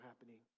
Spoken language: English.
happening